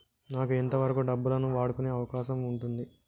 నాకు ఎంత వరకు డబ్బులను వాడుకునే అవకాశం ఉంటది?